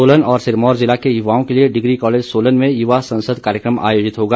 सोलन और सिरमौर जिला के युवाओं के लिए डिग्री कॉलेज सोलन में युवा सांसद कार्यक्रम आयोजित होगा